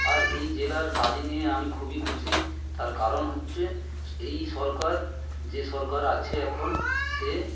আর এই জেলার কাজ নিয়ে আমি খুবই খুশি তার কারণ হচ্ছে এই সরকার যে সরকার আছে এখন সে